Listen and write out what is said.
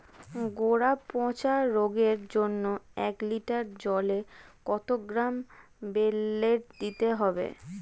গোড়া পচা রোগের জন্য এক লিটার জলে কত গ্রাম বেল্লের দিতে হবে?